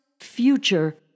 future